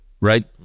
right